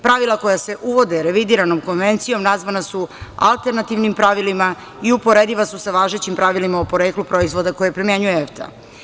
Pravila koja se uvode revidiranom konvencijom nazvana su alternativnim pravilima i uporediva su sa važećim pravilima o poreklu proizvoda koje primenjuje EFTA.